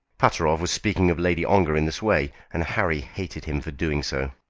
pateroff was speaking of lady ongar in this way, and harry hated him for doing so.